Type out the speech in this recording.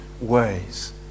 ways